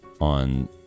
on